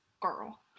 Girl